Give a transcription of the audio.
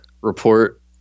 report